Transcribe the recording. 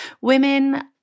women